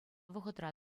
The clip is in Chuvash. вӑхӑтра